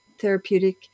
Therapeutic